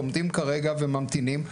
עומדים כרגע וממתינים.